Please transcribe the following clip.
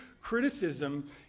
criticism